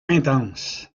intense